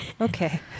Okay